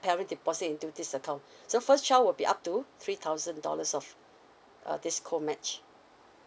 parent deposit into this account so first child would be up to three thousand dollars of uh this co match